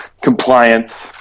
compliance